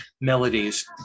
melodies